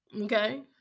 Okay